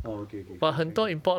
orh okay okay okay can can can